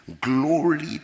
glory